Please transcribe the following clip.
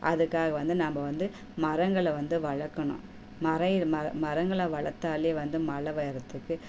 அதுக்காக வந்து நம்ம வந்து மரங்களை வந்து வளர்க்கணும் மர மரங்களை வளத்தால் வந்து மலை வரத்துக்கு